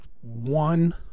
one